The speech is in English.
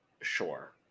Sure